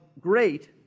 great